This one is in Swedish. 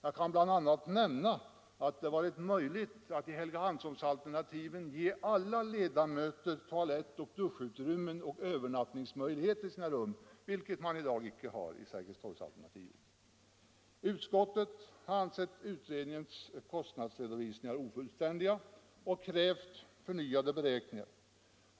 Jag kan bl.a. nämna att det varit möjligt att i Helgeandsholmsalternativen ge alla ledamotsrummen toalett och duschutrymmen och övernattningsmöjlighet, vilket man i dag icke har vid Sergels torg. Utskottet har ansett utredningens kostnadsredovisningar ofullständiga och krävt förnyade beräkningar.